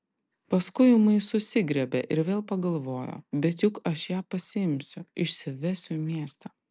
paskui ūmai susigriebė ir vėl pagalvojo bet juk aš ją pasiimsiu išsivesiu į miestą